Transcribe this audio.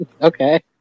okay